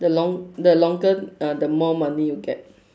the long the longer uh the more money you get